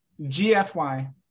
gfy